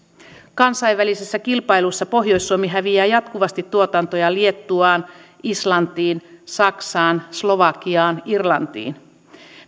kansainvälisessä kilpailussa pohjois suomi häviää jatkuvasti tuotantoja liettuaan islantiin saksaan slovakiaan irlantiin